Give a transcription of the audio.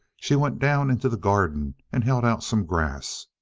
she went down into the garden and held out some grass,